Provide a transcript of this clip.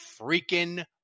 freaking